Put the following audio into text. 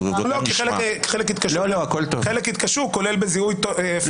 חלק התקשו, כולל בזיהוי פונט מודגש.